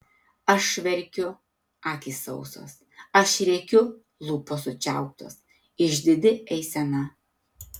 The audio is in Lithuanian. aš verkiu akys sausos aš rėkiu lūpos sučiauptos išdidi eisena